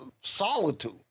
solitude